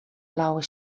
blauwe